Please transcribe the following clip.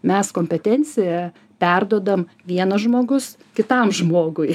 mes kompetenciją perduodam vienas žmogus kitam žmogui